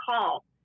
call